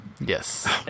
Yes